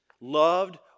loved